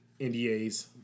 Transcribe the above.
NDAs